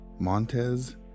Montez